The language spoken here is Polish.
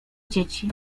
dzieci